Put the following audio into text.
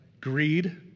Greed